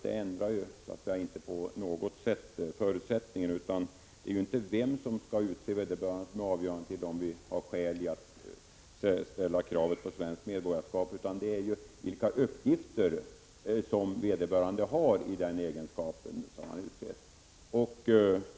Det är inte vem som skall utse vederbörande som är avgörande för om vi har skäl att ställa krav på svenskt medborgarskap, utan det är vilka uppgifter som vederbörande har i det uppdrag han utses till.